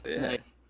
Nice